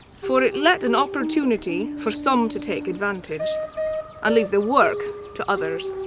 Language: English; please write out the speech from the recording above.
for it let an opportunity for some to take advantage and leave the work to others.